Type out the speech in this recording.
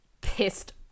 pissed